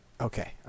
Okay